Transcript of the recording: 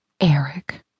Eric